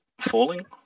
falling